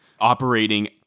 operating